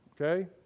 Okay